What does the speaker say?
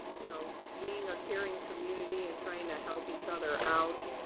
you know being a caring community and trying to help each other out.